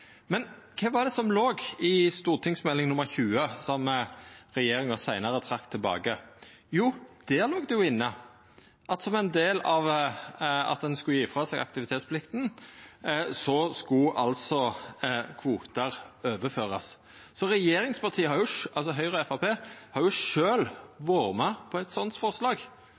Men kva var det som låg i Meld. St. 20 for 2016–17, som regjeringa seinare trekte tilbake? Jo, der låg det inne at som ein del av at ein skulle gje frå seg aktivitetsplikta, skulle kvotar overførast. Så regjeringspartia Høgre og Framstegspartiet har sjølve vore med på eit sånt forslag.